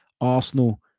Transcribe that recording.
Arsenal